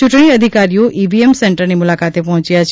ચૂંટણી અધિકારીઓ ઈવીએમ સેન્ટરની મુલાકાતે પહોંચયા છે